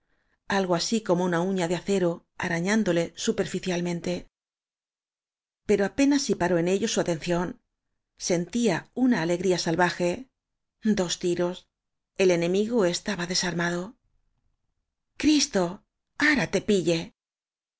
algo así como una uña de acero arañándole superficialmente pero apenas si paró en ello su atención sentía una alegría salvaje dos tiros el ene migo estaba desarmado cristo ara te pille